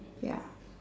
ya